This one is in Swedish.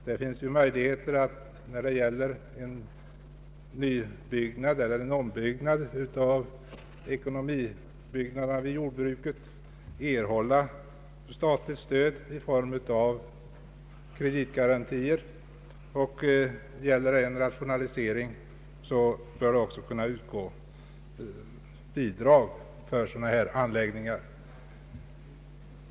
Det finns ju möjligheter att för nyuppförande eller tillbyggnad av ekonomibyggnaderna vid jordbruket erhålla statligt stöd i form av kreditgarantier. Sker byggnationen i samband med rationalisering av jordbruket bör bidrag också utgå.